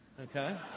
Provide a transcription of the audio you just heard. okay